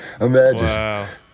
imagine